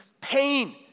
pain